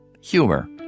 humor